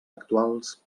actuals